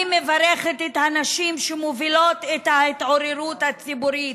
אני מברכת את הנשים שמובילות את ההתעוררות הציבורית,